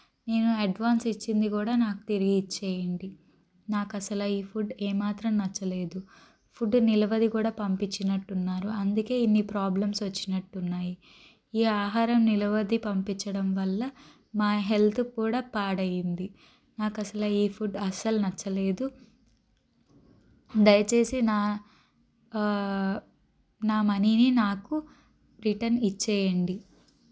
నేను అడ్వాన్స్ ఇచ్చింది కూడా నాకు తిరిగి ఇచ్చేయండి నాకు అసలు ఈ ఫుడ్ ఏ మాత్రం నచ్చలేదు ఫుడ్ నిలవది కూడా పంపించినట్టున్నారు అందుకే ఇన్ని ప్రాబ్లమ్స్ వచ్చినట్టు ఉన్నాయి ఈ ఆహారం నిలవది పంపించడం వల్ల మా హెల్త్ కూడా పాడైయింది నాకు అసలు ఈ ఫుడ్ అసలు నచ్చలేదు దయచేసి నా నా మనీని నాకు రిటర్న్ ఇచ్చేయండి